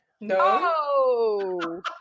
No